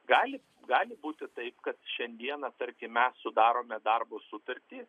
gali gali būti taip kad šiandieną tarkim mes sudarome darbo sutartį